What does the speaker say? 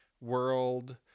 world